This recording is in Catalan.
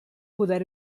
poder